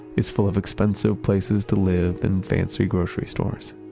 is full of expensive places to live and fancy grocery stores.